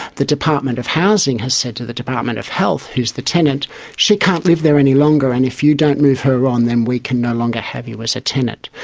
the department of housing has said to the department of health, who is the tenant she can't live there any longer and if you don't move her on, then we can no longer have you as a tenant.